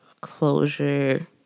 closure